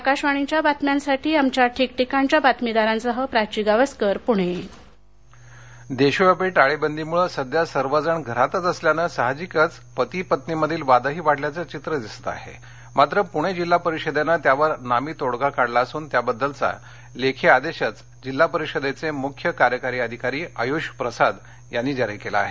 आकाशवाणी बातम्यांसाठी आमच्या ठीक ठीकाणच्या वार्ताहरांसह प्राची गावस्कर पुणे भांडण देशव्यापी टाळेबंदीमुळं सध्या सर्वजण घरातच असल्यानं साहजिकच पती पत्नीमधील वादही वाढल्याचं चित्र सर्वत्र दिसत आहे मात्र पूणे जिल्हा परिषदेनं त्यावर नामी तोडगा काढला असून त्याबद्दलचा लेखी आदेशच जिल्हा परिषदेचे मृख्य कार्यकारी अधिकारी आयुष प्रसाद यांनी जारी केला आहे